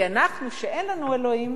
כי אנחנו, שאין לנו אלוקים,